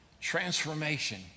transformation